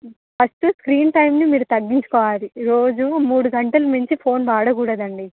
first screen టైమ్ని మీరు తగ్గించుకోవాలి రోజు మూడు గంటల మించి ఫోన్ వాడకూడదు అండి